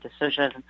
decision